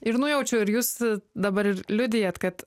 ir nujaučiau ir jūs dabar ir liudijat kad